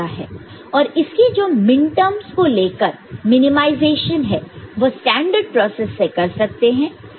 और इसकी जो मिनटर्मस को लेकर मिनिमाइजेशन है वह स्टेन्डर्ड प्रोसेस से कर सकते हैं